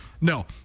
No